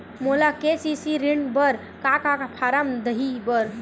मोला के.सी.सी ऋण बर का का फारम दही बर?